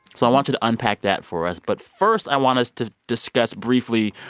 so i want you to unpack that for us. but first, i want us to discuss, briefly,